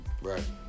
Right